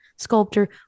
sculptor